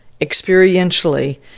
experientially